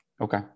okay